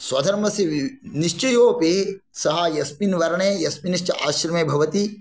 स्वधर्मस्य निश्चयोपि सः यस्मिन् वर्णे यस्मिनश्च आश्रमे भवति